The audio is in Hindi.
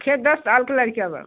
छः दस साल के लइका का